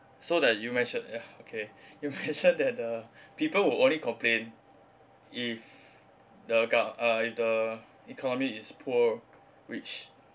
so that you mentioned uh okay you mentioned that the people will only complain if the go~ uh if the economy is poor which